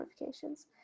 notifications